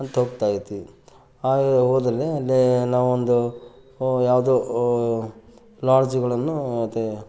ಅಂತ ಹೋಗ್ತಾಯಿದ್ವಿ ಹಾಗೆ ಹೋದಲ್ಲಿ ಅಲ್ಲಿಯೇ ನಾವೊಂದು ಯಾವುದೋ ಲಾಡ್ಜುಗಳನ್ನು ಮತ್ತು